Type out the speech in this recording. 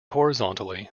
horizontally